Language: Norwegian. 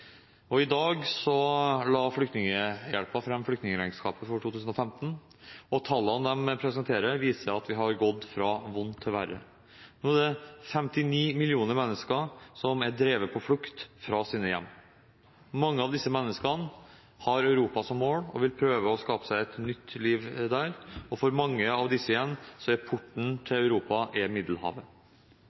verden. I dag la Flyktninghjelpen fram flyktningregnskapet for 2015, og tallene de presenterer, viser at vi har gått fra vondt til verre. Nå er det 59 millioner mennesker som er drevet på flukt fra sine hjem. Mange av disse menneskene har Europa som mål og vil prøve å skape seg et nytt liv her, og for mange av disse igjen er porten til Europa Middelhavet.